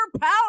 power